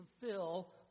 fulfill